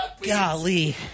Golly